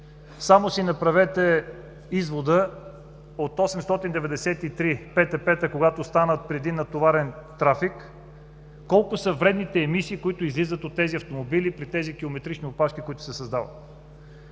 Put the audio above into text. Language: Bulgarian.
Само си направете извода от 893 ПТП-та, когато станат при един натоварен трафик, колко са вредните емисии, които излизат от тези автомобили при километричните опашки, които се създават.